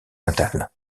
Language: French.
natal